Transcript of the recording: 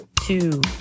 two